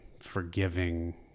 forgiving